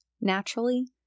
naturally